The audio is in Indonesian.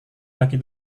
bagi